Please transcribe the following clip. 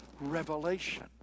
revelation